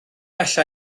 alla